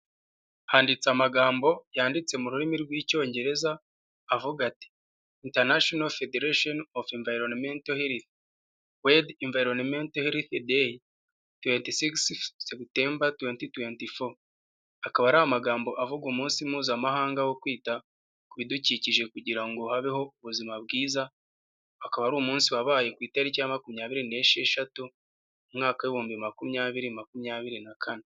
Handitswe amagambo yanditse mu rurimi rw'icyongereza avuga ati:" internationalfederation of bylonmente hely wade invelomentlt day totesixf setemba touti to an fo". Akaba ari amagambo avuga umunsi mpuzamahanga wo kwita ku bidukikije kugira habeho ubuzima bwiza akaba ari umunsi wabaye ku itariki ya makumyabiri n'esheshatu umwaka w'ibihumbi bibiri na makumyabiri na kane.